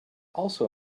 also